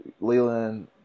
Leland